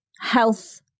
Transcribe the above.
health